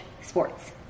sports